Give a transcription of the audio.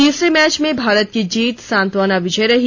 तीसरे मैच में भारत की जीत सान्त्वना विजय रही